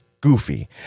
goofy